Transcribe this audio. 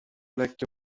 lekkie